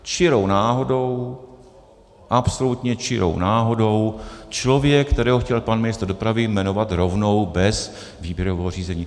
Čirou náhodou, absolutně čirou náhodou člověk, kterého chtěl pan ministr dopravy jmenovat rovnou bez výběrového řízení.